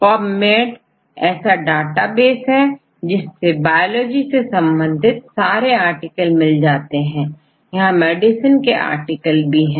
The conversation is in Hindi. छात्र पबमेड पब मेड ऐसा डेटाबेस है जिसमें बायोलॉजी से संबंधित सारे आर्टिकल मिल जाते हैं यहां मेडिसिन के आर्टिकल भी हैं